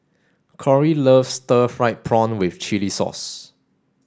Corrie loves stir fried prawn with chili sauce